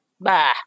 Bah